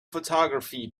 photography